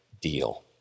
deal